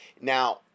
now